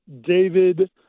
David